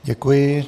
Děkuji.